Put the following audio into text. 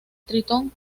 tritón